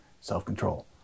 self-control